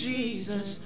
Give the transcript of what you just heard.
Jesus